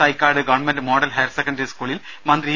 Thycaud government model higher secondary സ്കൂളിൽ മന്ത്രി E